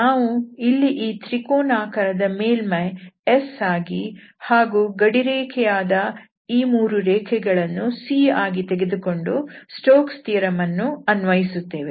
ನಾವು ಇಲ್ಲಿ ಈ ತ್ರಿಕೋನಾಕಾರದ ಮೇಲ್ಮೈಯನ್ನು S ಆಗಿ ಹಾಗೂ ಗಡಿರೇಖೆಯಾದ ಈ 3 ರೇಖೆಗಳನ್ನು C ಆಗಿ ತೆಗೆದುಕೊಂಡು ಸ್ಟೋಕ್ಸ್ ಥಿಯರಂ Stoke's Theoremಅನ್ನು ಅನ್ವಯಿಸುತ್ತೇವೆ